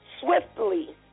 swiftly